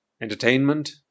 Entertainment